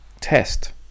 test